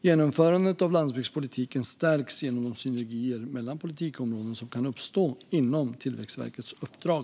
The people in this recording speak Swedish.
Genomförandet av landsbygdspolitiken stärks genom de synergier mellan politikområden som kan uppstå inom Tillväxtverkets uppdrag.